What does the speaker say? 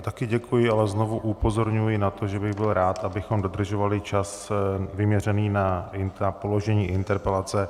Také děkuji a znovu upozorňuji na to, že bych byl rád, abychom dodržovali čas vyměřený na položení interpelace.